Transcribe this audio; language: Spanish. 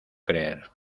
creer